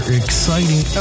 exciting